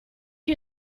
you